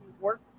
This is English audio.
work